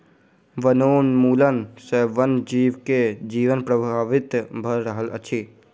वनोन्मूलन सॅ वन जीव के जीवन प्रभावित भ रहल अछि